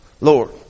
Lord